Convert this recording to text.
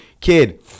kid